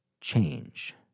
change